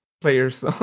players